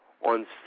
on